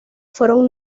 fueron